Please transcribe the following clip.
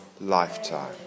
lifetime